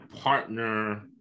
partner